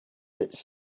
its